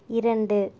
இரண்டு